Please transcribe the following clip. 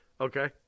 Okay